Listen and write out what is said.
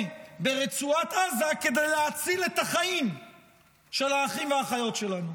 ברצועת עזה כדי להציל את החיים של האחים והאחיות שלנו.